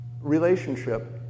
relationship